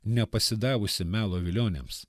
nepasidavusi melo vilionėms